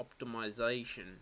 optimization